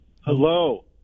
Hello